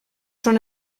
són